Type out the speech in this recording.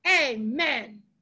Amen